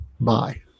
bye